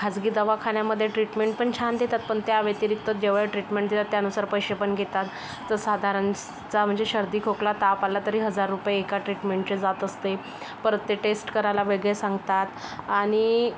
खाजगी दवाखान्यामध्ये ट्रीटमेंट पण छान देतात पण त्याव्यतिरिक्त जेवढी ट्रीटमेंट देतात त्यानुसार पैसे पण घेतात तर साधारण स चा म्हणजे सर्दी खोकला ताप आला तरी हजार रुपये एका ट्रीटमेंटचे जात असते परत ते टेस्ट करायला वेगळे सांगतात आणि